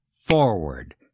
forward